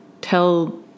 tell